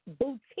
Boutique